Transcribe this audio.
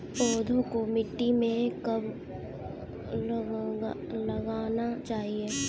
पौधों को मिट्टी में कब लगाना चाहिए?